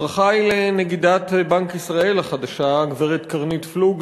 הברכה היא לנגידת בנק ישראל החדשה הגברת קרנית פלוג.